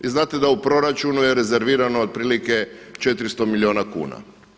Vi znate da u proračunu je rezervirano otprilike 400 milijuna kuna.